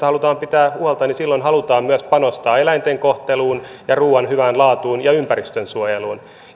halutaan pitää huolta niin silloin halutaan myös panostaa eläinten kohteluun ja ruuan hyvään laatuun ja ympäristönsuojeluun